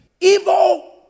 evil